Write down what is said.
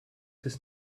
his